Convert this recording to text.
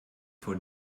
vor